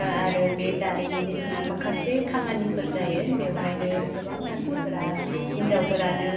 ओह आरो बे दारिमिननि सिङाव माखासे खामानिफोर जायो बेवहायनो गोबां मानसिफोरा हिन्जावफोरानो